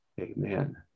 amen